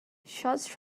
shots